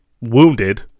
Wounded